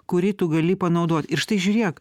kurį tu gali panaudot ir štai žiūrėk